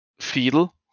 feel